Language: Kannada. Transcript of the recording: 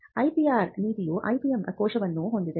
IPR ನೀತಿಯು IPM ಕೋಶವನ್ನು ಹೊಂದಿದೆ